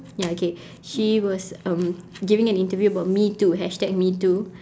ya okay she was um giving an interview about me too hashtag me too